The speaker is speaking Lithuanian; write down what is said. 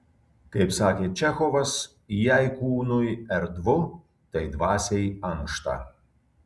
kaip sakė čechovas jei kūnui erdvu tai dvasiai ankšta